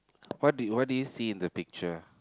what do you what do you see in the picture